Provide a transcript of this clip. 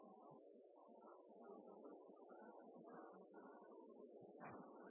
Der er det